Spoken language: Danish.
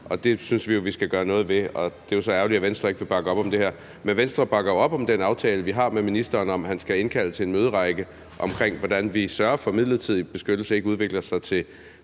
det synes vi at vi skal gøre noget ved, og det er jo så ærgerligt, at Venstre ikke vil bakke op om det her. Men Venstre bakker jo op om den aftale, vi har med ministeren, om, at han skal indkalde til en møderække omkring, hvordan vi sørger for, at midlertidig beskyttelse ikke udvikler sig til